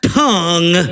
tongue